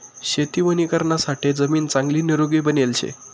शेती वणीकरणासाठे जमीन चांगली निरोगी बनेल शे